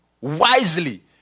wisely